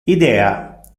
idea